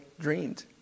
dreamed